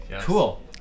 Cool